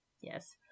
Yes